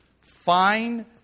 fine